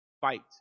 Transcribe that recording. Fight